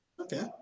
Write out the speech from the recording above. Okay